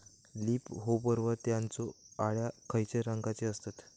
Leaf hopper व त्यानचो अळ्या खैचे रंगाचे असतत?